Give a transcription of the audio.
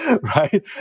right